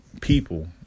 people